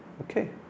Okay